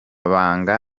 banga